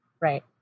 Right